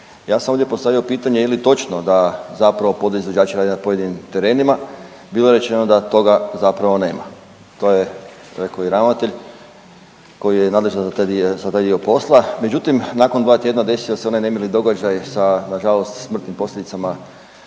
Ja sam ovdje postavio pitanje je li točno da zapravo podizvođači rade na pojedinim terenima. Bilo je rečeno da toga zapravo nema. To je rekao i ravnatelj koji je i nadležan za taj dio posla. međutim, nakon dva tjedna desio se onaj nemili događaj sa na žalost smrtnim posljedicama